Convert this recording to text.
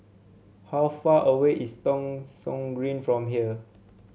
how far away is Thong Soon Green from here